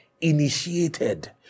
initiated